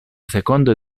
seconda